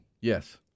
Yes